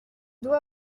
doit